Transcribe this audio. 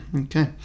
okay